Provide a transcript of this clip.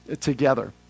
together